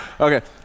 Okay